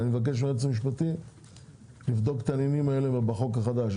אני מבקש מהיועץ המשפטי לבדוק את הנושאים האלה בחוק החדש.